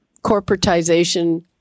corporatization